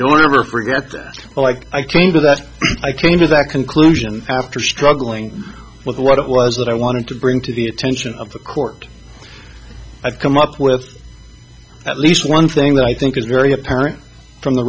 never forget i came to that i came to that conclusion after struggling with what it was that i wanted to bring to the attention of the court i've come up with at least one thing that i think is very apparent from the